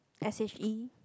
s_h_e